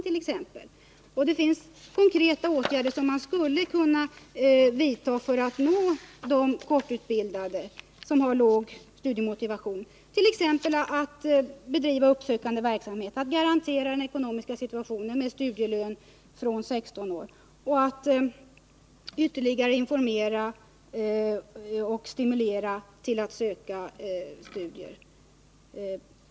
Man skulle emellertid kunna vidta konkreta åtgärder för att nå de korttidsutbildade med låg studiemotivation: t.ex. att bedriva uppsökande verksamhet, att genom studielön från fr.o.m. 16 års ålder garantera att den ekonomiska situationen klaras samt att ytterligare informera om och stimulera till studier.